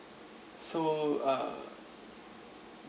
so uh